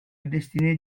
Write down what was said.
destinée